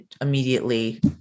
immediately